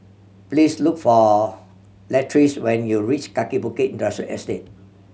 please look for Latrice when you reach Kaki Bukit Industrial Estate